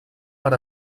per